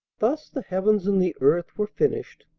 thus the heavens and the earth were finished,